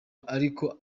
ariko